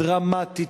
דרמטית,